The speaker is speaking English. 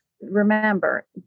remember